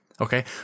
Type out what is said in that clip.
Okay